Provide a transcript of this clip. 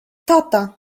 tata